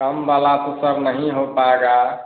कम वाला तो सर नहीं हो पाएगा